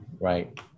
Right